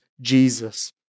Jesus